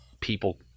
people –